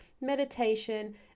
meditation